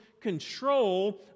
control